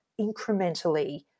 incrementally